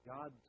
God